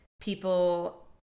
people